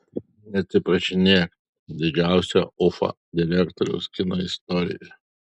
neatsiprašinėk didžiausio ufa direktoriaus kino istorijoje